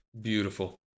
beautiful